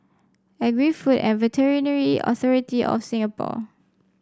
Agri Food and Veterinary Authority of Singapore